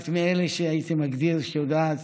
את מאלה שהייתי מגדיר שיודעת,